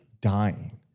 dying